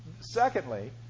Secondly